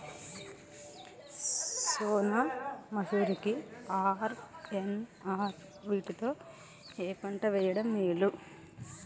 సోనా మాషురి కి ఆర్.ఎన్.ఆర్ వీటిలో ఏ పంట వెయ్యడం మేలు?